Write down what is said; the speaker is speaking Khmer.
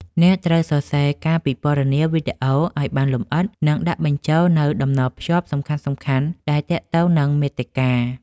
អ្នកត្រូវសរសេរការពិពណ៌នាវីដេអូ ឱ្យបានលម្អិត និងដាក់បញ្ចូលនូវតំណភ្ជាប់សំខាន់ៗដែលទាក់ទងនឹងមាតិកា។